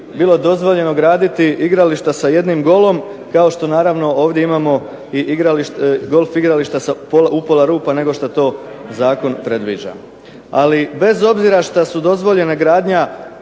bilo dozvoljeno graditi igrališta sa jednim golom, kao što naravno ovdje imamo i golf igrališta sa upola rupa nego šta to zakon predviđa. Ali bez obzira šta su dozvoljene gradnja